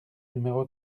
numéro